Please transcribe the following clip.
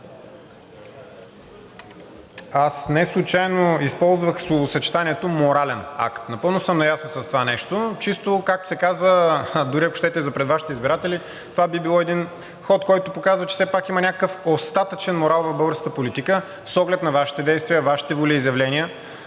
Аз неслучайно използвах словосъчетанието „морален акт“. Напълно съм наясно с това нещо. Чисто, както се казва, дори ако щете и за пред Вашите избиратели, това би било един ход, който показва, че все пак има някакъв остатъчен морал в българската политика с оглед Вашите действия, Вашите волеизявления